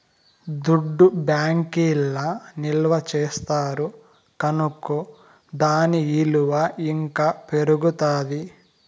దుడ్డు బ్యాంకీల్ల నిల్వ చేస్తారు కనుకో దాని ఇలువ ఇంకా పెరుగుతాది